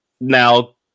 Now